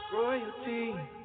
Royalty